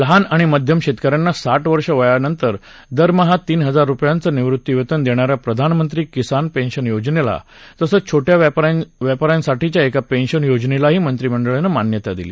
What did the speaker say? लहान आणि मध्यम शेतकऱ्यांना साठ वर्ष वयानंतर दरमहा तीन हजार रुपयांचं निवृत्तीवेतन देणाऱ्या प्रधानमंत्री किसान पेन्शन योजनेला तसंच छोट्या व्यापाऱ्यांसाठीच्या एका पेन्शन योजनेलाही मंत्रिमंडळानं मान्यता दिली